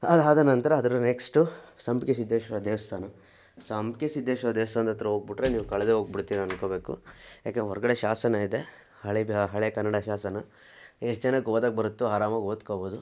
ಅದಾದ ನಂತರ ಅದರ ನೆಕ್ಸ್ಟು ಸಂಪಿಗೆ ಸಿದ್ಧೇಶ್ವರ ದೇವಸ್ಥಾನ ಸಂಪಿಗೆ ಸಿದ್ಧೇಶ್ವರ ದೇವಸ್ಥಾನದ ಹತ್ರ ಹೋಗ್ಬಿಟ್ರೆ ನೀವು ಕಳೆದೇ ಹೋಗ್ಬಿಡ್ತೀರಿ ಅಂದ್ಕೊಬೇಕು ಯಾಕೆ ಹೊರಗಡೆ ಶಾಸನ ಇದೆ ಹಳೆದ ಹಳೆಗನ್ನಡ ಶಾಸನ ಎಷ್ಟು ಜನಕ್ಕೆ ಓದೋಕ್ಕೆ ಬರುತ್ತೊ ಆರಾಮಾಗಿ ಓದಿಕೊಬೊದು